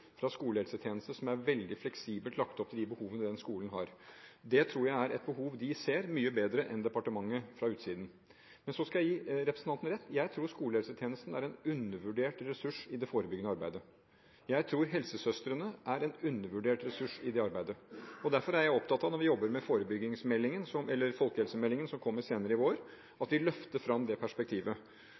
fra skolehelsetjeneste som er veldig fleksibelt lagt opp til de behovene den skolen har. Det tror jeg er et behov de ser mye bedre enn departementet gjør fra utsiden. Men så skal jeg gi representanten rett. Jeg tror skolehelsetjenesten er en undervurdert ressurs i det forebyggende arbeidet. Jeg tror helsesøstrene er en undervurdert ressurs i det arbeidet. Derfor er jeg opptatt av, når vi jobber med folkehelsemeldingen som kommer senere i vår, at vi løfter fram det perspektivet.